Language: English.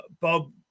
Bob